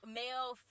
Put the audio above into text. male